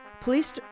Police